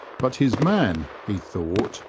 but his man, he thought,